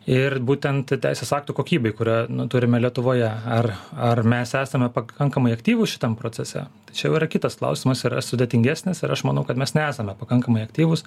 ir būtent teisės aktų kokybei kurio nu turime lietuvoje ar ar mes esame pakankamai aktyvūs šitam procese tai čia jau yra kitas klausimas yra sudėtingesnis ir aš manau kad mes nesame pakankamai aktyvūs